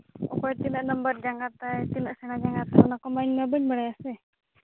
ᱚᱠᱚᱭ ᱛᱤᱱᱟᱹᱜ ᱱᱚᱢᱵᱚᱨ ᱡᱟᱸᱜᱟ ᱛᱟᱭ ᱛᱤᱱᱟᱹᱜ ᱥᱮᱬᱟ ᱡᱟᱸᱜᱟ ᱛᱟᱭ ᱚᱱᱟ ᱠᱚᱢᱟ ᱤᱧᱫᱚ ᱵᱟᱹᱧ ᱵᱟᱲᱟᱭᱟ ᱥᱮ